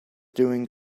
doing